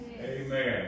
Amen